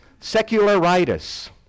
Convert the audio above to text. Secularitis